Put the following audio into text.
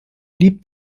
blieb